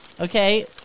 Okay